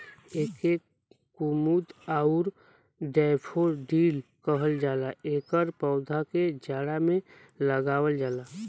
एके कुमुद आउर डैफोडिल कहल जाला एकर पौधा के जाड़ा में लगावल जाला